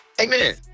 Amen